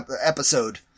episode